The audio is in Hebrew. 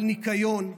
על ניקיון,